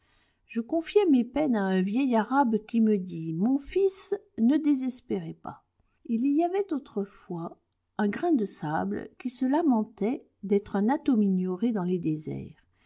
je confiai mes peines à un vieil arabe qui me dit mon fils ne désespérez pas il y avait autrefois un grain de sable qui se lamentait d'être un atome ignoré dans les déserts